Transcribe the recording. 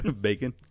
Bacon